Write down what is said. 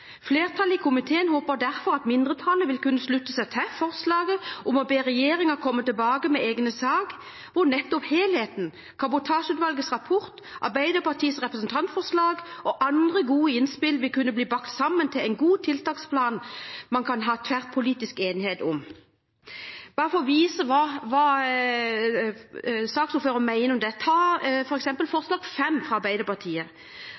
Flertallet i komiteen håper derfor at mindretallet vil kunne slutte seg til forslaget om å be regjeringen komme tilbake med en egnet sak, hvor nettopp helheten, Kabotasjeutvalgets rapport, Arbeiderpartiets representantforslag og andre gode innspill vil kunne bli bakt sammen til en god tiltaksplan man kan ha tverrpolitisk enighet om. La meg – bare for å vise hva saksordføreren mener om dette